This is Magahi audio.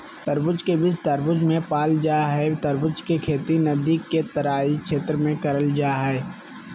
तरबूज के बीज तरबूज मे पाल जा हई तरबूज के खेती नदी के तराई क्षेत्र में करल जा हई